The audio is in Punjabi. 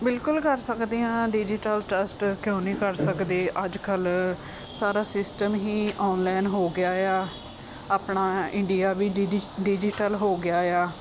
ਬਿਲਕੁਲ ਕਰ ਸਕਦੇ ਹਾਂ ਡਿਜੀਟਲ ਟਰਸਟ ਕਿਉਂ ਨਹੀਂ ਕਰ ਸਕਦੇ ਅੱਜ ਕੱਲ੍ਹ ਸਾਰਾ ਸਿਸਟਮ ਹੀ ਆਨਲਾਈਨ ਹੋ ਗਿਆ ਆ ਆਪਣਾ ਇੰਡੀਆ ਵੀ ਡਿਡੀ ਡਿਜ਼ੀਟਲ ਹੋ ਗਿਆ ਆ